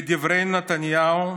לדברי נתניהו,